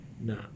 No